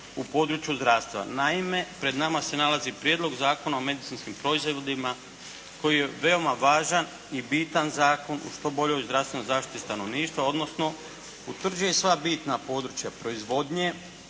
u području zdravstva. Naime, pred nama se nalazi Prijedlog zakona o medicinskim proizvodima koji je veoma važan i bitan zakon za što bolju zdravstvenu zaštitu stanovništva odnosno utvrđuje sva bitna područja proizvodnje,